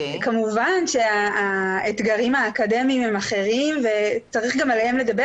כמובן שהאתגרים האקדמיים הם אחרים וצריך גם עליהם לדבר